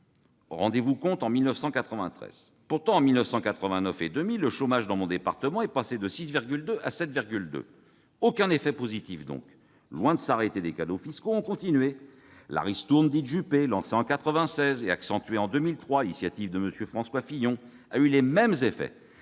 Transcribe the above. rendez-vous compte !-, en 1993. Pourtant, entre 1989 et 2000, le chômage dans mon département est passé de 6,2 % à 7,2 %. Aucun effet positif, donc. Loin de s'arrêter, les cadeaux fiscaux ont continué : la ristourne dite « Juppé », lancée en 1996 et accentuée en 2003 sur l'initiative de M. François Fillon, a eu les mêmes effets